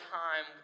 time